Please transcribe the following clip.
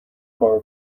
کارو